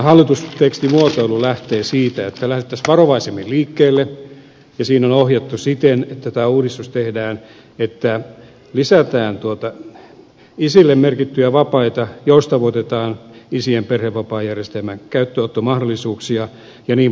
tämä hallitustekstimuotoilu lähtee siitä että lähdettäisiin varovaisemmin liikkeelle ja siinä on ohjattu siten että tämä uudistus tehdään niin että lisätään isille merkittyjä vapaita joustavoitetaan isien perhevapaajärjestelmän käyttöönottomahdollisuuksia jnp